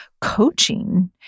coaching